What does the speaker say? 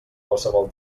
qualsevol